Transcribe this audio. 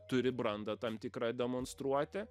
turi brandą tam tikrą demonstruoti